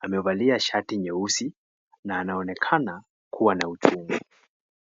Amevalia shati nyeusi na anaonekana kuwa na uchungu.